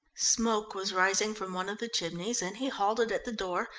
smoke was rising from one of the chimneys, and he halted at the door,